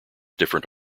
different